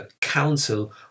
council